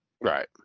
Right